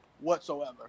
whatsoever